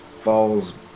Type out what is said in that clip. falls